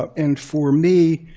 ah and for me,